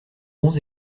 bons